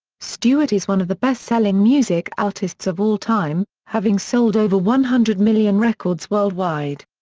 stewart is one of the best-selling music artists of all time, having sold over one hundred million records worldwide.